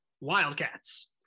Wildcats